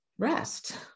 rest